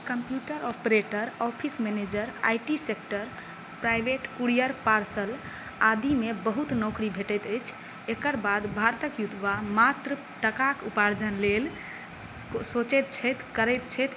computer operator office manager IT sector private courier parcel आदिमे बहुत नौकरी भेटैत अछि एकर बाद भारतक युवा मात्र टकाक उपार्जनके लेल सोचैत छथि करैत छथि